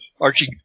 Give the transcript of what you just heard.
Archie